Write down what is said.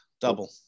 double